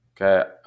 Okay